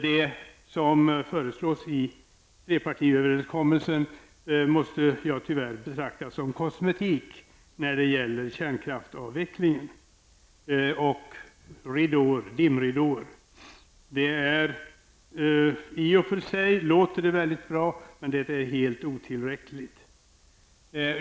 Det som föreslås i trepartiöverenskommelsen måste jag när det gäller kärnkraftsavvecklingen tyvärr betrakta som kosmetik och dimridåer. Det låter i och för sig väldigt bra, men det är helt otillräckligt.